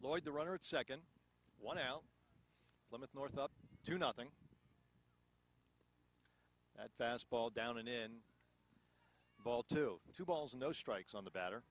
lloyd the runner at second one out limit north up to nothing that fastball down in a ball to two balls no strikes on the batter